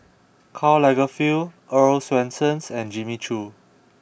Karl Lagerfeld Earl's Swensens and Jimmy Choo